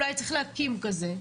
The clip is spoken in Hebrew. אולי צריך להקים כזה,